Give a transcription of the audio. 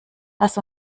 lass